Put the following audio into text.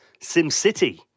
SimCity